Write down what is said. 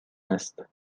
است